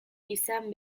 izan